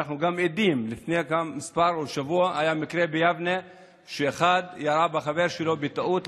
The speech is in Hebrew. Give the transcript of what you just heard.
אנחנו גם יודעים שלפני שבוע היה מקרה ביבנה שאחד ירה בחבר שלו בטעות,